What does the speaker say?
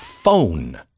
Phone